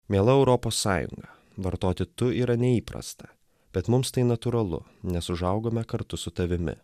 miela europos sąjunga vartoti tu yra neįprasta bet mums tai natūralu nes užaugome kartu su tavimi